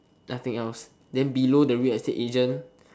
nothing else then below the real estate agent